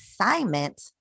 assignment